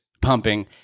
pumping